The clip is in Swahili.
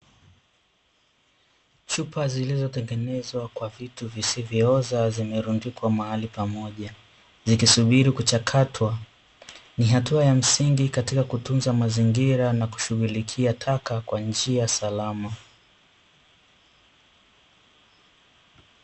Chupa zilizotengenezwa kwa vitu visivyooza, zimerundikwa mahali pamoja zikisubiri kuchakatwa. Ni hatua ya msingi katika kutunza mazingira na kushughulikia taka kwa njia salama.